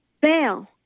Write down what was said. bail